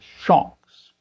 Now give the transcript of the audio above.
shocks